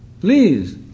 please